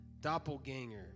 Doppelganger